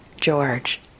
George